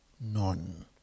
none